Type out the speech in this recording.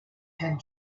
had